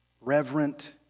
reverent